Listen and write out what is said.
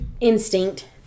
Instinct